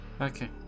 Okay